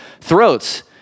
throats